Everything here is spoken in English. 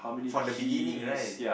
from the beginning right